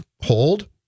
hold